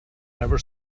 never